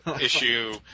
issue